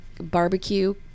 barbecue